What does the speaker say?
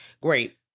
Great